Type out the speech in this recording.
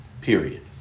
Period